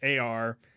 AR